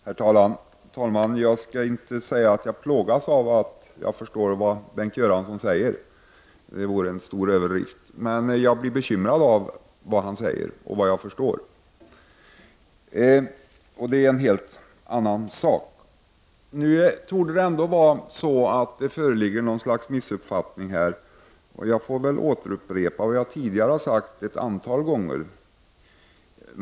Herr talman! Jag vill inte säga att jag plågas av att jag förstår vad Bengt Göransson säger. Det vore en stor överdrift. Men jag blir bekymrad av vad han säger, och vad jag förstår. Det är en helt annan sak. Nu torde det ändå föreligga något slags missuppfattning här. Jag får upprepa vad jag tidigare sagt ett antal gånger.